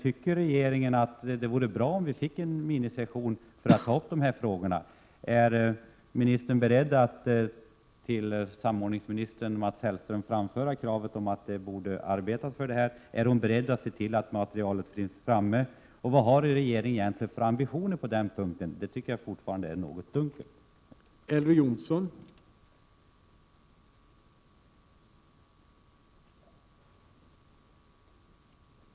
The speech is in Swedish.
Tycker regeringen att det vore bra om vi fick en minisession, där dessa frågor kunde tas upp? Är ministern beredd att till samordningsminister Mats Hellström framföra kravet på att man borde arbeta i nämnda riktning? Är Birgitta Dahl beredd att se till att erforderligt material finns tillgängligt, och vad har regeringen egentligen för ambitioner på denna punkt? Jag tycker, som sagt, att det är Prot. 1987/88:92